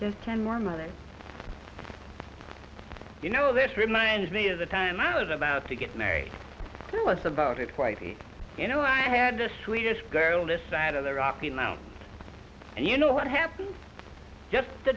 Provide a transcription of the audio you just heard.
just ten more minutes you know this reminds me of the time i was about to get married was about it quite you know i had the sweetest girl this side of the rocky mountains and you know what happened just the